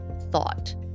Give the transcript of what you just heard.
thought